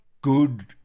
good